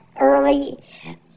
early